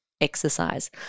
exercise